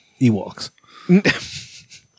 Ewoks